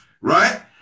Right